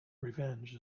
revenge